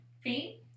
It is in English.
feet